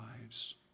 lives